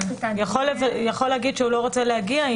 כן, יכול להגיד שהוא לא רוצה להגיע.